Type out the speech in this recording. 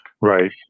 Right